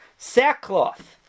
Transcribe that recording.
sackcloth